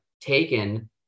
taken